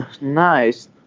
Nice